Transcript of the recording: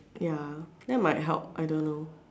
ya that might help I don't know